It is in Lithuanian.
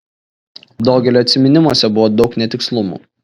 dogelio atsiminimuose buvo daug netikslumų